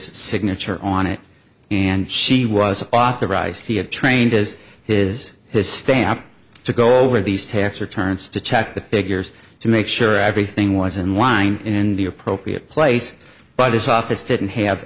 signature on it and she was authorized he had trained as his his stamp to go over these tax returns to check the figures to make sure everything was in line in the appropriate place but his office didn't have